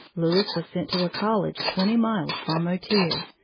louis was sent to a college twenty miles from motier,